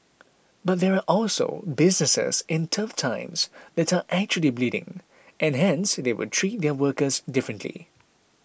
but there are also businesses in tough times that are actually bleeding and hence they would treat their workers differently